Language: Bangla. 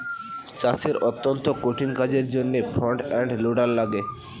চাষের অত্যন্ত কঠিন কাজের জন্যে ফ্রন্ট এন্ড লোডার লাগে